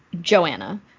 Joanna